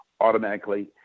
automatically